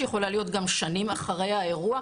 שיכולה להיות גם שנים אחרי האירוע,